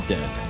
Dead